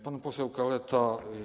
Pan poseł Kaleta.